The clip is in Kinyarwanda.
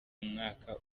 mwaka